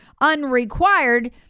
unrequired